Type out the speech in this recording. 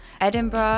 Edinburgh